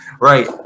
right